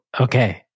okay